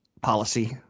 policy